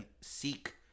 seek